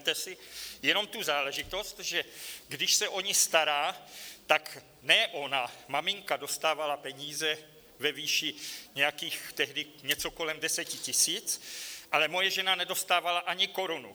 A vezměte si jenom tu záležitost, že když se o ni stará, tak ne ona maminka dostávala peníze ve výši nějakých tehdy něco kolem 10 000 ale moje žena nedostávala ani korunu.